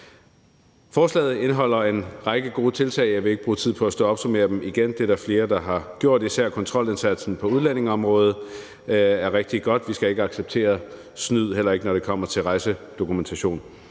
Forslaget indeholder en række gode tiltag, og jeg vil ikke bruge tid på at stå og opsummere dem igen – det er der flere der har gjort. Især kontrolindsatsen på udlændingeområdet er rigtig godt. Vi skal ikke acceptere snyd, heller ikke, når det kommer til rejsedokumentation.